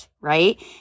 Right